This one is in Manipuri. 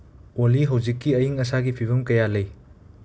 ꯑꯣꯜꯂꯤ ꯍꯧꯖꯤꯛꯀꯤ ꯑꯏꯪ ꯑꯁꯥꯒꯤ ꯐꯤꯕꯝ ꯀꯌꯥ ꯂꯩ